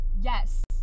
Yes